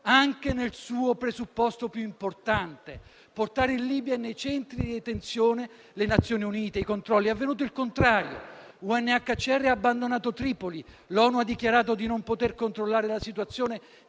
anche nel suo presupposto più importante: portare in Libia e nei centri di detenzione le Nazioni Unite e i controlli. È avvenuto il contrario: l'UNHCR ha abbandonato Tripoli, l'ONU ha dichiarato di non poter controllare la situazione